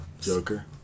Joker